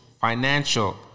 financial